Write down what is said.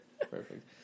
Perfect